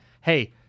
hey